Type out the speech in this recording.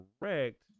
correct